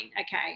okay